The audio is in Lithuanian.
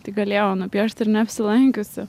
tai galėjau nupieši ir neapsilankiusi